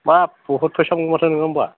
बाब बुहुद फैसा मोनो माथो नोङो होमब्ला